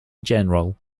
general